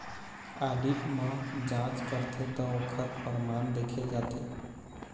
audit म जांच करथे त ओखर परमान देखे जाथे